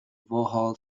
vauxhall